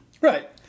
Right